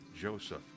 Joseph